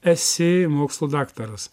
esi mokslų daktaras